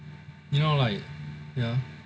you know like